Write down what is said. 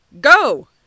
Go